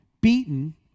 beaten